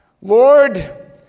Lord